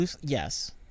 yes